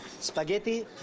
Spaghetti